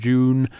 June